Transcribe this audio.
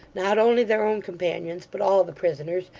not only their own companions, but all the prisoners,